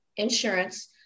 insurance